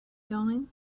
going